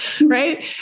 right